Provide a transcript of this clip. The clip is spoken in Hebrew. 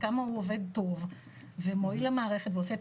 עד כמה הוא עובד טוב ומועיל למערכת ועושה את